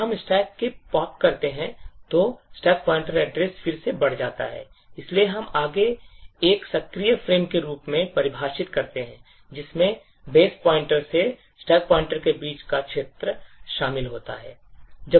जब हम stack से पॉप करते हैं तो stack pointer address फिर से बढ़ जाता है इसलिए हम आगे एक सक्रिय फ्रेम के रूप में परिभाषित करते हैं जिसमें बेस पॉइंटर से stack पॉइंटर के बीच का क्षेत्र शामिल होता है